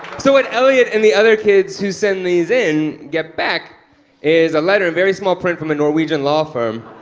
so what eliot and the other kids who send these in get back is a letter in very small print from a norwegian law firm